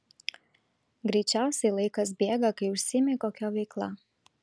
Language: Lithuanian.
greičiausiai laikas bėga kai užsiimi kokia veikla